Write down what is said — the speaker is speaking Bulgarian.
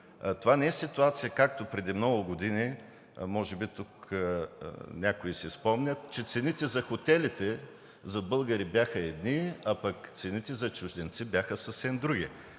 Това не е ситуация, както преди много години може би тук някои си спомнят, че цените за хотелите за българи бяха едни, а пък цените за чужденци бяха съвсем други,